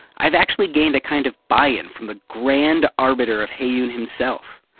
i've actually gained a kind of buy-in from the grand arbiter of heyoon himself.